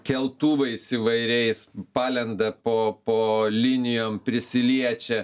keltuvais įvairiais palenda po po linijom prisiliečia